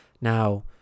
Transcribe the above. Now